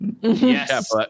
yes